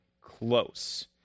close